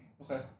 Okay